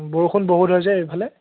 বৰষুণ বহুত হয় যে এইফালে